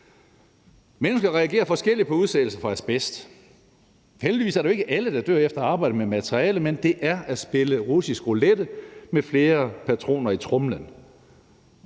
Mennesker reagerer forskelligt på udsættelse for asbest. Heldigvis er det jo ikke alle, der dør efter at have arbejdet med materialet, men det er at spille russisk roulette med flere patroner i tromlen.